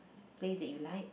place that you like